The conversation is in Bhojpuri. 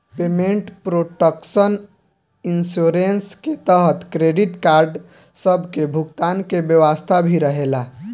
पेमेंट प्रोटक्शन इंश्योरेंस के तहत क्रेडिट कार्ड सब के भुगतान के व्यवस्था भी रहेला